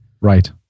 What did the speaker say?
right